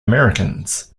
americans